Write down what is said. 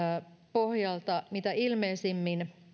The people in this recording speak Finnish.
pohjalta mitä ilmeisimmin